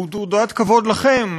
והוא תעודת כבוד לכם,